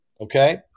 Okay